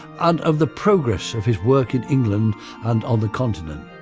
and of the progress of his work in england and on the continent.